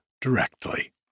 directly